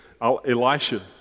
Elisha